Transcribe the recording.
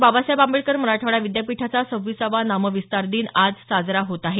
बाबासाहेब आंबेडकर मराठवाडा विद्यापीठाचा सव्वीसावा नामविस्तार दिन आज साजरा होत आहे